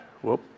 Whoop